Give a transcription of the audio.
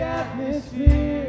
atmosphere